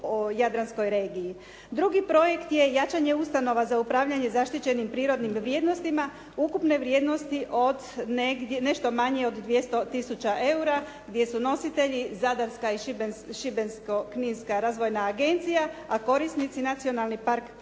jadranskoj regiji. Drugi projekt je jačanje ustanova za upravljanje zaštićenim prirodnim vrijednostima ukupne vrijednosti od nešto manje od 200 tisuća eura gdje su nositelji zadarska i šibensko-kninska razvojna agencija a korisnici Nacionalni park Krka